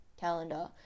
calendar